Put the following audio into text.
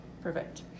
Perfect